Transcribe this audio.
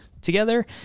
Together